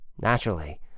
Naturally